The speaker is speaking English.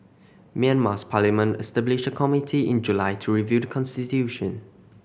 Myanmar's parliament established a committee in July to review the constitution